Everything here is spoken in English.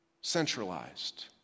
centralized